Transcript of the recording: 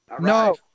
No